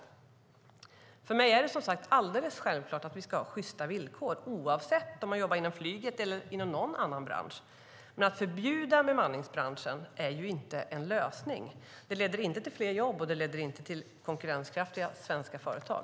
För mig är det alldeles självklart att det ska finnas sjysta villkor oavsett om man jobbar inom flyget eller inom någon annan bransch. Men att förbjuda bemanningsbranschen är inte en lösning. Det leder inte till fler jobb, och det leder inte till konkurrenskraftiga svenska företag.